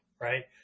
right